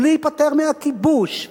ולהיפטר מהכיבוש,